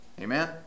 Amen